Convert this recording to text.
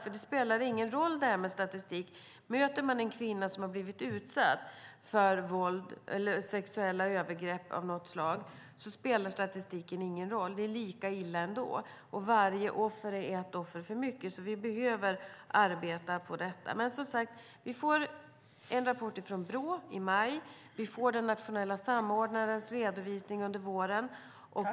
Statistik spelar ingen roll när man möter en kvinna som har blivit utsatt för våld eller sexuella övergrepp. Det är lika illa ändå. Varje offer är ett offer för mycket. Vi behöver arbeta med dessa frågor. Vi får en rapport från Brå i maj. Vi får den nationella samordnarens redovisning under våren.